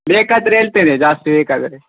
ಬೇಕಾದರೆ ಹೇಳ್ತೇನೆ ಜಾಸ್ತಿ ಬೇಕಾದರೆ